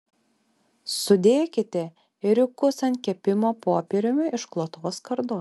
sudėkite ėriukus ant kepimo popieriumi išklotos skardos